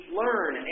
learn